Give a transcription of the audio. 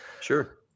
Sure